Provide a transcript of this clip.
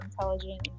intelligent